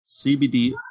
CBD